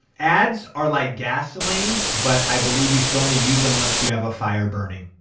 ads are like gasoline, but i believe you should only use them once you have a fire burning.